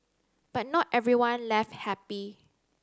but not everyone left happy